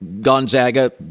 Gonzaga